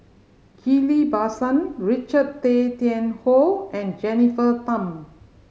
Ghillie Basan Richard Tay Tian Hoe and Jennifer Tham